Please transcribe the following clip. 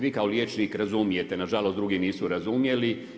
Vi kao liječnik razumijete, nažalost drugi nisu razumjeli.